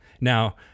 now